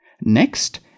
Next